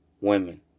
women